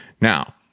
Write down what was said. now